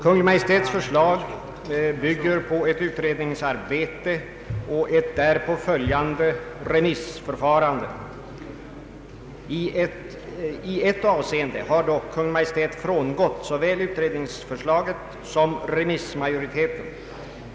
Kungl. Maj:ts förslag bygger på ett utredningsarbete och ett därpå följande remissförfarande. I ett avseende har dock Kungl. Maj:t frångått såväl utredningsförslaget som remissmajoriteten.